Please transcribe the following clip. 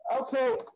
Okay